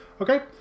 Okay